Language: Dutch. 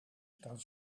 staan